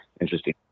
Interesting